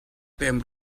pem